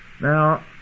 now